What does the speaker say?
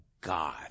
God